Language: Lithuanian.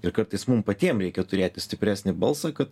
ir kartais mum patiem reikia turėti stipresnį balsą kad